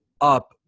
up